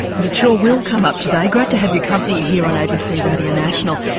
and it sure will come up today great to have your company here on abc radio national.